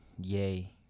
yay